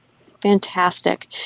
Fantastic